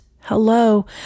hello